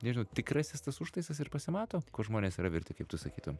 nežinau tikrasis tas užtaisas ir pasimato ko žmonės yra verti kaip tu sakytum